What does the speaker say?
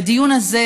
בדיון הזה